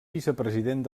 vicepresident